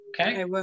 Okay